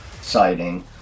sighting